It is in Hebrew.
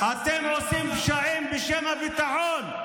אתם עושים פשעים בשם הביטחון.